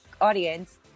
audience